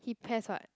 he pes what